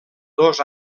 dos